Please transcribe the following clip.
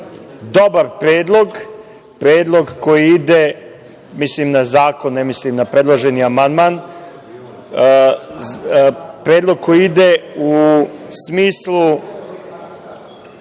dobar predlog, predlog koji ide, mislim na zakon, ne mislim na predloženi amandman, predlog koji ide u smislu